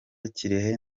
kirehe